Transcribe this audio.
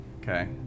Okay